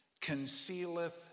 concealeth